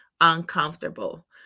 uncomfortable